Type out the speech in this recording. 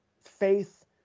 faith